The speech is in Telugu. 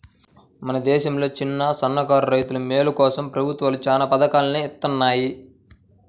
మన దేశంలో చిన్నసన్నకారు రైతుల మేలు కోసం ప్రభుత్వాలు చానా పథకాల్ని ఇత్తన్నాయి